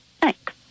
Thanks